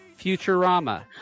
Futurama